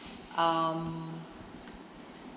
um